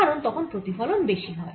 কারণ তখন প্রতিফলন বেশি হয়